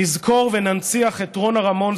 נזכור וננציח את רונה רמון,